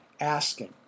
asking